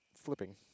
flipping